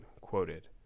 quoted